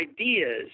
ideas